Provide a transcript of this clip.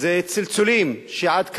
זה צלצולים ש, עד כאן.